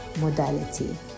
modality